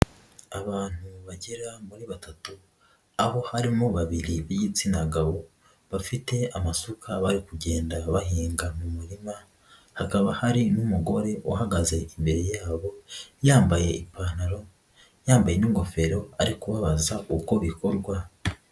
Abantu bagera muri batatu abo harimo babiri b'igitsina gabo bafite amasuka bari kugenda bahinga mu murima hakaba hari n'umugore uhagaze imbere yabo yambaye ipantaro, yambaye n'ingofero ari kubabaza uko bikorwa.